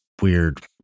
weird